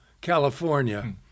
California